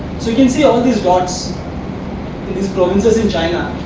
we can see all these dots these provinces in china